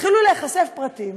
התחילו להיחשף פרטים